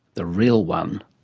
the real one.